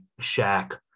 Shaq